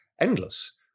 endless